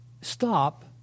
stop